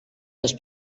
les